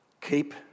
Keep